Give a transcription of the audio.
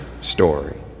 story